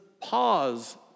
pause